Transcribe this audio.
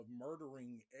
murdering